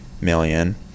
million